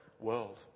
world